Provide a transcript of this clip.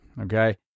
okay